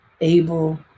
able